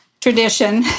tradition